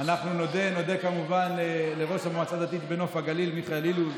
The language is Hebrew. אנחנו נודה כמובן לראש המועצה הדתית בנוף הגליל מיכאל אילוז,